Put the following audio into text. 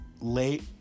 late